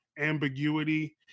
Ambiguity